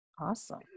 Awesome